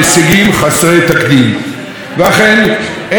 אין עוררין על הישגי הממשלה,